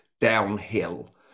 downhill